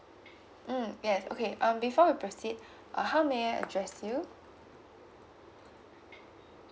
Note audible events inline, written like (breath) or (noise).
mm yes okay um before we proceed (breath) uh how may I address you